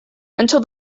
until